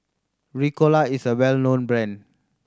Ricola is a well known brand